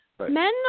Men